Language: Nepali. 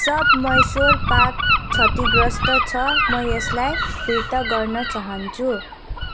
शब मैसोर पाक क्षतिग्रस्त छ म यसलाई फिर्ता गर्न चाहन्छु